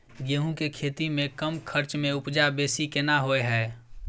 गेहूं के खेती में कम खर्च में उपजा बेसी केना होय है?